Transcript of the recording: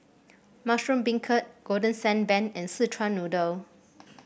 Mushroom Beancurd Golden Sand Bun and Szechuan Noodle